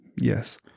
yes